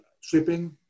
Shipping